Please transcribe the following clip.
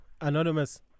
Anonymous